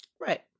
Right